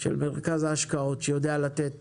שיודע לתת